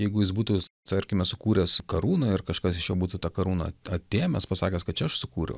jeigu jis būtų tarkime sukūręs karūną ir kažkas iš jo būtų tą karūną atėmęs pasakęs kad čia aš sukūriau